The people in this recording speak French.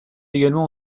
également